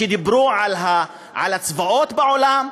שדיברו על הצבאות בעולם,